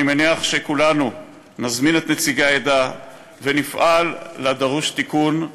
אני מניח שכולנו נזמין את נציגי העדה ונפעל לדרוּש תיקון,